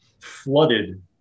flooded